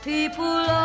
People